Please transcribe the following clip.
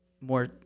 more